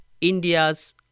India's